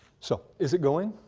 so is it going?